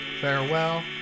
farewell